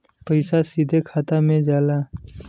पइसा सीधे खाता में जाला